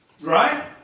Right